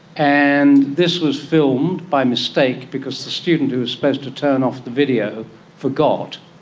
and this was filmed by mistake because the student who was supposed to turn off the video forgot,